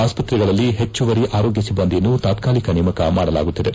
ಆಸ್ಪತ್ರೆಗಳಲ್ಲಿ ಹೆಚ್ಚುವರಿ ಆರೋಗ್ಯ ಸಿಬ್ಬಂದಿಯನ್ನು ತಾತಾಲಿಕ ನೇಮಕ ಮಾಡಲಾಗುತ್ತಿದೆ